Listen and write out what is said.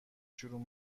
شروع